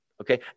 okay